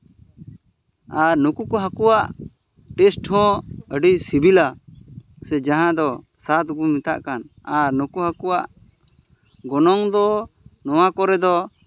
ᱟᱨ ᱱᱩᱠᱩ ᱠᱚ ᱦᱟᱹᱠᱩᱣᱟᱜ ᱴᱮᱥᱴ ᱦᱚᱸ ᱟᱹᱰᱤ ᱥᱤᱵᱤᱞᱟ ᱥᱮ ᱡᱟᱦᱟᱸ ᱫᱚ ᱥᱟᱫ ᱵᱚᱱ ᱢᱮᱛᱟᱜ ᱠᱟᱱ ᱟᱨ ᱱᱩᱠᱩ ᱦᱟᱹᱠᱩᱣᱟᱜ ᱜᱚᱱᱚᱝ ᱫᱚ ᱱᱚᱣᱟ ᱠᱚᱨᱮ ᱫᱚ